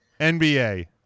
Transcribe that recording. nba